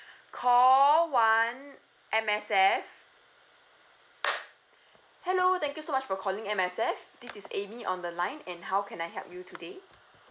call one M_S_F hello thank you so much for calling M_S_F this is Amy on the line and how can I help you today